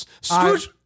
Scrooge